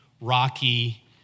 rocky